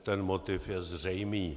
Ten motiv je zřejmý.